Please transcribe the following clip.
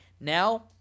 now